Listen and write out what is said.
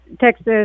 Texas